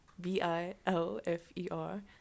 B-I-L-F-E-R